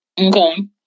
Okay